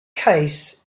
case